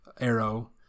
arrow